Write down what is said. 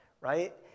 right